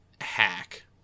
hack